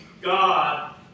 God